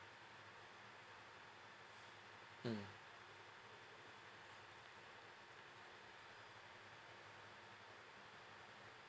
mm